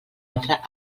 altra